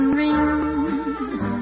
rings